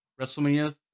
WrestleMania